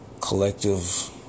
collective